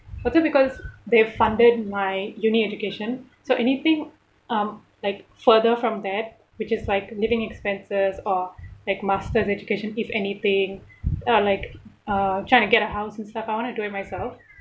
also because they've funded my uni education so anything um like further from that which is like living expenses or like masters education if anything or like uh trying to get a house and stuff I want to do it myself